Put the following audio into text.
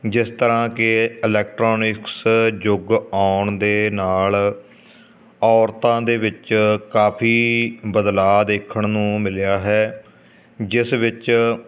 ਜਿਸ ਤਰ੍ਹਾਂ ਕਿ ਇਲੈਕਟ੍ਰੋਨਿਕਸ ਯੁੱਗ ਆਉਣ ਦੇ ਨਾਲ ਔਰਤਾਂ ਦੇ ਵਿੱਚ ਕਾਫੀ ਬਦਲਾਅ ਦੇਖਣ ਨੂੰ ਮਿਲਿਆ ਹੈ ਜਿਸ ਵਿੱਚ